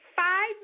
Five